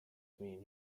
mean